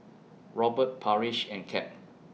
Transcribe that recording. Robert Parrish and Cap